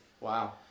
Wow